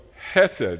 hesed